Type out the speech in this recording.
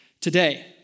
today